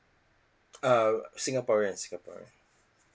uh singaporeans singaporeans